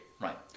Right